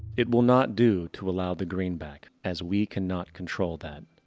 it will not do to allow the greenback. as we cannot control that.